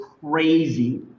crazy